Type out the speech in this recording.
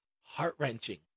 heart-wrenching